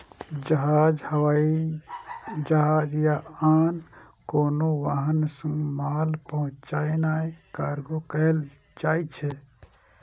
जहाज, हवाई जहाज या आन कोनो वाहन सं माल पहुंचेनाय कार्गो कहल जाइ छै